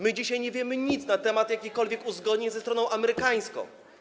My dzisiaj nie wiemy nic na temat jakichkolwiek uzgodnień ze stroną amerykańską.